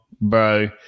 bro